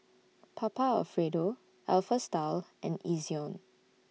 Papa Alfredo Alpha Style and Ezion